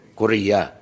korea